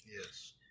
Yes